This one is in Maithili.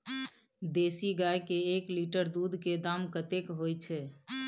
देसी गाय के एक लीटर दूध के दाम कतेक होय छै?